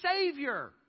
savior